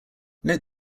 note